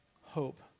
hope